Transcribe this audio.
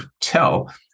tell